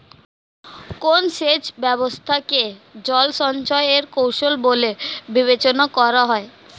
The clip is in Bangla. কোন সেচ ব্যবস্থা কে জল সঞ্চয় এর কৌশল বলে বিবেচনা করা হয়?